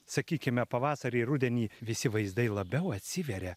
sakykime pavasarį ir rudenį visi vaizdai labiau atsiveria